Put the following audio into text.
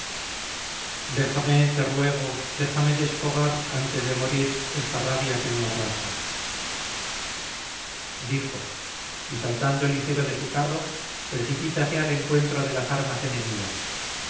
déjame te ruego déjame desfogar antes de morir esta rabia que me abrasa dijo y saltando ligero de su carro precipítase al encuentro de las armas enemigas